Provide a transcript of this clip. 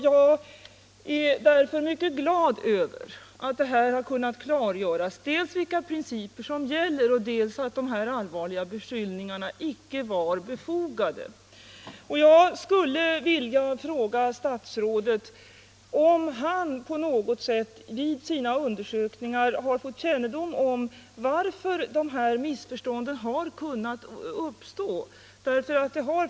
Jag är mycket glad över att det har kunnat klargöras dels vilka principer som gäller, dels att dessa allvarliga beskyllningar inte var befogade. Jag skulle vilja fråga statsrådet om han på något sätt vid sina undersökningar har fått kännedom om hur dessa missförstånd har kunnat uppstå.